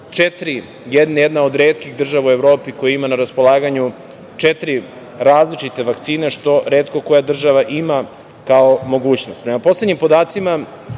četiri, jedna od retkih država u Evropi koji ima na raspolaganju četiri različite vakcine što retko koja država ima kao mogućnost. Prema